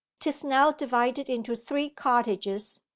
tis now divided into three cottages.